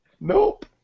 Nope